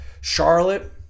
Charlotte